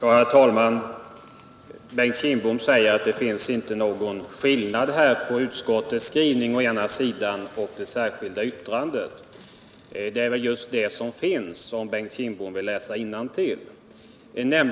Herr talman! Bengt Kindbom säger att det inte finns någon skillnad mellan å ena sidan utskottets skrivning och å andra sidan det särskilda yttrandet. Men att det finns en skillnad märker Bengt Kindbom, om han vill läsa innantill.